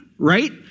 right